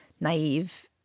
naive